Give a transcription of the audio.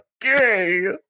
gay